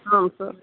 ಹಾಂ ಸರ್